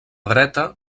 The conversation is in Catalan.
dreta